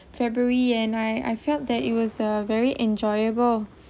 february and I I felt that it was a very enjoyable